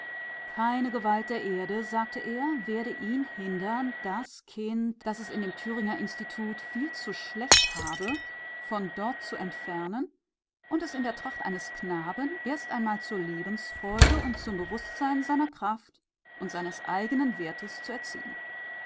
keine gewalt der erde sagte er werde ihn hindern das kind das es in dem thüringer institut viel zu schlecht habe von dort zu entfernen und es in der tracht eines knaben erst mal zur lebensfreude und zum bewußtsein seiner kraft und seines eigenen wertes zu erziehen